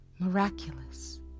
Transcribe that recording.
miraculous